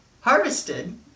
harvested